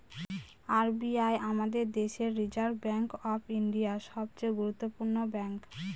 R B I আমাদের দেশের reserve bank of India, সবচে গুরুত্বপূর্ণ ব্যাঙ্ক